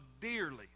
dearly